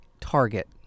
Target